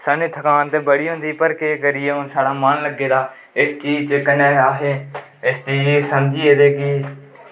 साह्नू थकान ते बड़ी होंदी पर केह् करिये साढ़ा मन लग्गे दा इस चीज़ च कन्नै अस इस चीज़ गी समझी गेदे कि